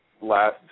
last